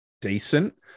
decent